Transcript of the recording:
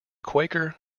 quaker